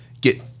get